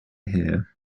hair